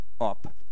up